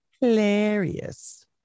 hilarious